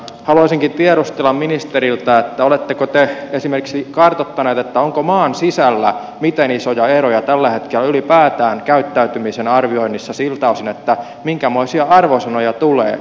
haluaisinkin tiedustella ministeriltä oletteko te esimerkiksi kartoittaneet onko maan sisällä miten isoja eroja tällä hetkellä ylipäätään käyttäytymisen arvioinnissa siltä osin minkämoisia arvosanoja tulee